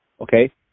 okay